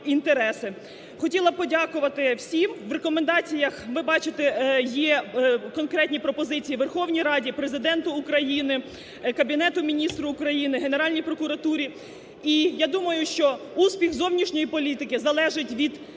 Хотіла б подякувати всім. В рекомендаціях, ви бачите, є конкретні пропозиції Верховній Раді, Президенту України, Кабінету Міністрів України, Генеральній прокуратурі. І я думаю, що успіх зовнішньої політики залежить від ефективних